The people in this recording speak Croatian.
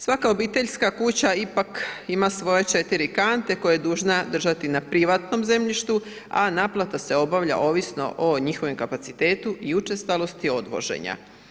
Svaka obiteljska kuća ipak ima svoje 4 kante koje je dužna držati na privatnom zemljištu, a naplata se obavlja ovisno o njihovom kapacitetu i učestalosti odvoženja.